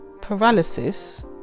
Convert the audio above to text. paralysis